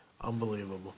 Unbelievable